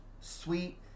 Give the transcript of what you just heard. sweet